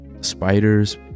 spiders